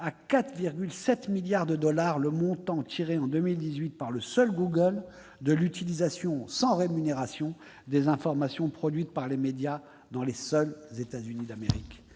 à 4,7 milliards de dollars le montant tiré en 2018 uniquement par Google de l'utilisation sans rémunération des informations produites par les médias dans les seuls États-Unis d'Amérique